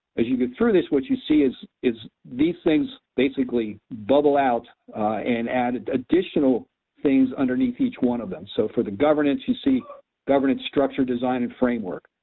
as you go through this, what you see is is these things basically bubble out and add additional things underneath each one of them, so for the governance you see governance, structure, design and framework.